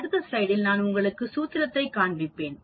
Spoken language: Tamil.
அடுத்த ஸ்லைடிஇல் நான் உங்களுக்கு சூத்திரத்தைக் காண்பிப்பேன்